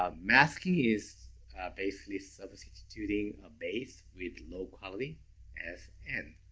um masking is basically substituting a base with low quality as n,